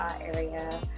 area